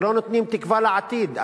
שלא נותנים תקווה לעתיד,